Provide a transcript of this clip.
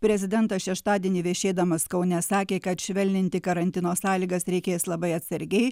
prezidentas šeštadienį viešėdamas kaune sakė kad švelninti karantino sąlygas reikės labai atsargiai